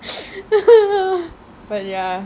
but ya